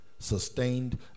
sustained